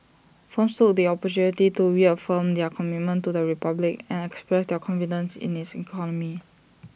firms took the opportunity to reaffirm their commitment to the republic and express their confidence in its economy